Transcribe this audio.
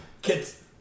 Kids